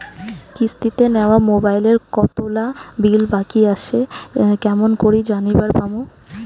কিস্তিতে নেওয়া মোবাইলের কতোলা বিল বাকি আসে কেমন করি জানিবার পামু?